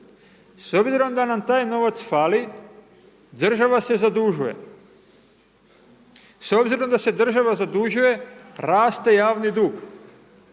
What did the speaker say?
S obzirom da nam taj novac fali, država se zadužuje, s obzirom da se država zadužuje raste javni dug,